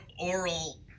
oral